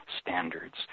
standards